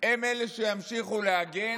הם אלה שימשיכו להגן.